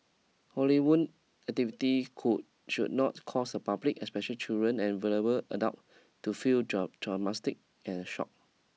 Halloween activity should not cause the public especially children and vulnerable adult to feel traumatised and shocked